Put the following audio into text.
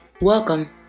Welcome